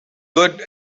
good